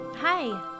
Hi